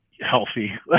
Healthy